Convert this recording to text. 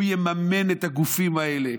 הוא יממן את הגופים האלה,